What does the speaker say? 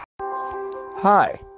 Hi